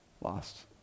lost